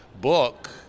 book